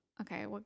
okay